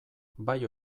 bai